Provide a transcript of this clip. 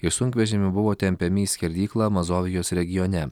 iš sunkvežimių buvo tempiami į skerdyklą mazovijos regione